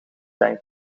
zijn